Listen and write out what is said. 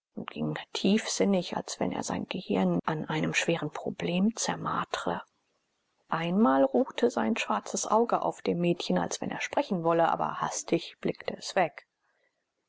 ging tiefsinnig als wenn er sein gehirn an einem schweren problem zermartre einmal ruhte sein schwarzes auge auf dem mädchen als wenn er sprechen wolle aber hastig blickte es hinweg